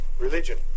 Religion